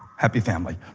happy family.